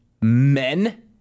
Men